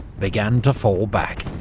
began to fall back.